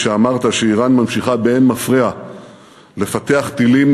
כשאמרת שאיראן ממשיכה באין מפריע לפתח טילים